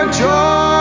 joy